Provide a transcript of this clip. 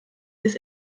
des